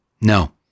no